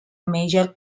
major